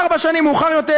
ארבע שנים מאוחר יותר,